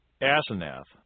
Asenath